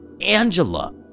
Angela